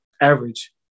average